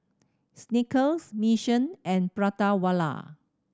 Snickers Mission and Prata Wala